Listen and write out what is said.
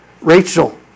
Rachel